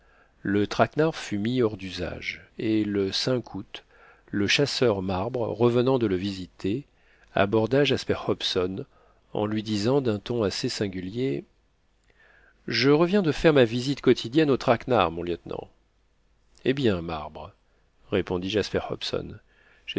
le traquenard fut mis hors d'usage et le août le chasseur marbre revenant de le visiter aborda jasper hobson en lui disant d'un ton assez singulier je reviens de faire ma visite quotidienne au traquenard mon lieutenant eh bien marbre répondit jasper